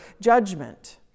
Judgment